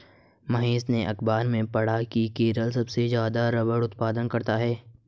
महेश ने अखबार में पढ़ा की केरल सबसे ज्यादा रबड़ उत्पादन करता है